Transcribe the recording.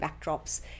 backdrops